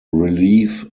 relief